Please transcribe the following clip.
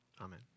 amen